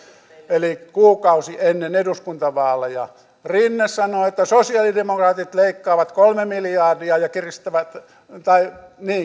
eli kuukausi ennen eduskuntavaaleja rinne sanoi että sosialidemokraatit leikkaavat kolme miljardia ja